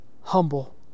humble